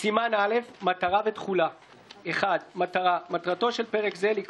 ממשלה זו לא